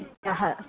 ह्यः